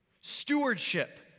Stewardship